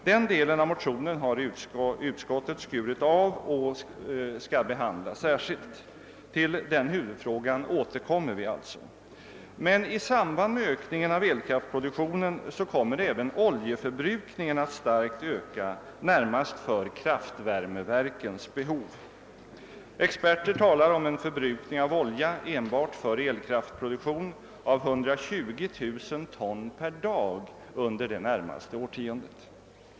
Den delen av motionen har utskottet »skurit av« och skall behandla särskilt. Till den huvudfrågan återkommer vi alltså. Men i samband med ökningen av elkraftproduktionen kommer även oljeförbrukningen att starkt öka närmast för kraftvärmeverkens behov. Experter talar om en förbrukning av olja enbart för elkraftproduktion av 120 000 ton per dag under det närmaste årtiondet.